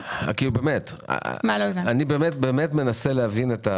אני באמת מנסה להבין.